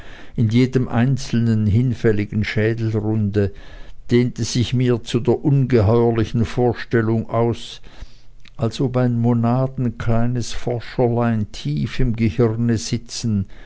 in jedem einzelnen hinfälligen schädelrunde dehnte sich mir zu der ungeheuerlichen vorstellung aus als ob ein monadenkleines forscherlein tief im gehirne sitzen